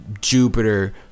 Jupiter